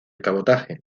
cabotaje